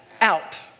out